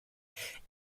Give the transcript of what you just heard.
ich